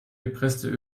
gepresste